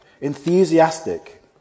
enthusiastic